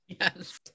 Yes